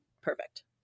Perfect